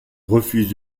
refuse